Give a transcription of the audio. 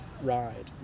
ride